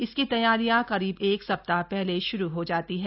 इसकी तैयारियां करीब एक सप्ताह पहले श्रू हो जाती हैं